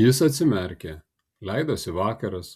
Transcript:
jis atsimerkė leidosi vakaras